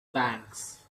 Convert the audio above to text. banks